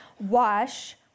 wash